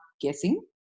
guessing